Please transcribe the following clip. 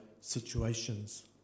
situations